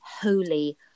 holy